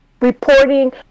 reporting